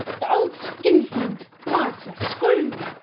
the old skin flint! miser! screw!